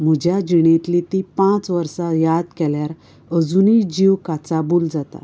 म्हज्या जिणेंतली ती पांच वर्सां याद केल्यार अजूनय जीव काचाबूल जाता